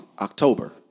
October